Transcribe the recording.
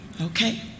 okay